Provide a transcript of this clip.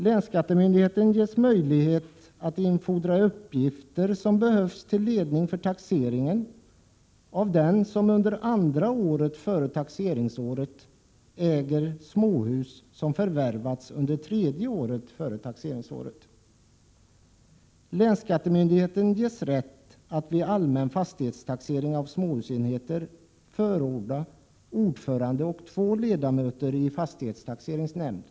Länsskattemyndigheten ges möjlighet att infordra uppgifter som behövs till ledning inför taxeringen av den som under andra året före taxeringsåret äger småhus som förvärvats under tredje året före taxeringsåret. Länsskattemyndigheten ges rätt att vid allmän fastighetstaxering av småhusenheter förordna ordförande och två ledamöter i fastighetstaxeringsnämnd.